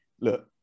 look